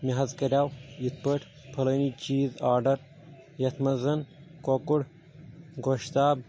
مےٚ حظ کریاو یتھ پٲٹھۍ فلٲنی چیٖز آڈر یتھ منٛز زن کۄکُر گۄشتاب